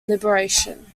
liberation